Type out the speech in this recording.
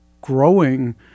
growing